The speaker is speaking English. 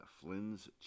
Flynn's